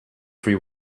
free